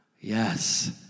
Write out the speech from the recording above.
yes